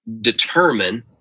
determine